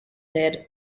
said